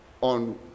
on